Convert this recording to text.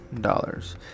dollars